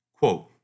Quote